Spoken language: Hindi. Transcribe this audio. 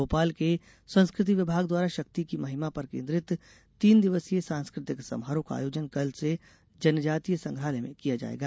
भोपाल के संस्कृति विभाग द्वारा शक्ति की महिमा पर केन्द्रित तीन दिवसीय सांस्कृतिक समारोह का आयोजन कल से जनजातीय संग्रहालय में किया जायेगा